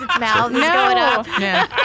no